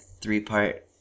three-part